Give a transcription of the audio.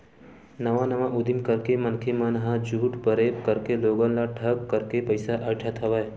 नवा नवा उदीम करके मनखे मन ह झूठ फरेब करके लोगन ल ठंग करके पइसा अइठत हवय